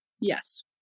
Yes